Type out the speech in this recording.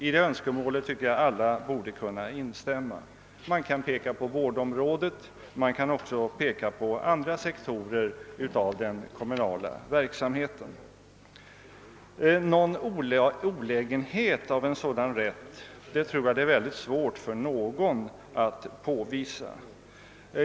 I det önskemålet borde väl alla kunna instämma. Man kan i detta sammanhang peka på vårdområdet och flera andra séktorer äv den kommunala verksamheten. Någon olägenhet av en sådan rätt tror jag att det är mycket svårt för någon att påvisa.